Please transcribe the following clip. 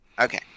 Okay